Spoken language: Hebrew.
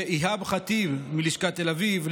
לאיהאב ח'טיב מלשכת תל אביב,